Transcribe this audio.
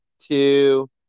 two